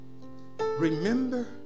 Remember